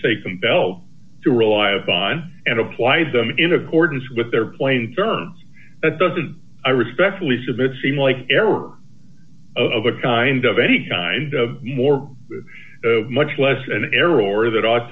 say compelled to rely upon and applied them in accordance with their plain terms that doesn't i respectfully submit seem like error of a kind of any kind of more much less an error or that ought